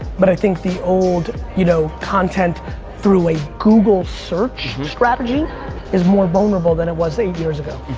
but i think the old you know, content through a google search strategy is more vulnerable than it was eight years ago.